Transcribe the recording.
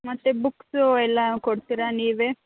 ಮತ್ತೆ ಬುಕ್ಸು ಎಲ್ಲ ಕೊಡ್ತೀರಾ ನೀವೇ